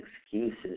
excuses